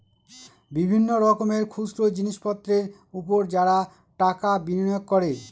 বিভিন্ন রকমের খুচরো জিনিসপত্রের উপর যারা টাকা বিনিয়োগ করে